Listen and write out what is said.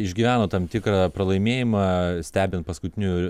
išgyveno tam tikrą pralaimėjimą stebint paskutinių